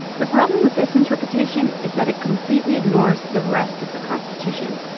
the problem with this interpretation is that it completely ignores the rest of the constitution.